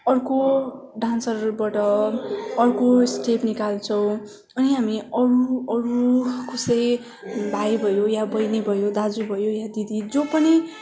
अर्को डान्सरहरूबाट अर्को स्टेप निकाल्छौँ अनि हामी अरू अरू कसै भाइ भयो या बहिनी भयो दाजु भयो या दिदी जो पनि